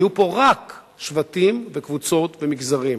יהיו פה רק שבטים וקבוצות ומגזרים.